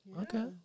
Okay